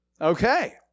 Okay